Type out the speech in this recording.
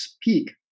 peak